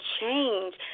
change